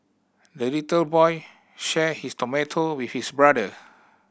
the little boy shared his tomato with his brother